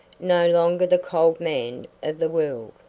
no longer the cold man of the world.